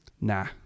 nah